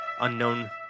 unknown